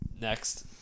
Next